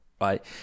right